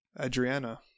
Adriana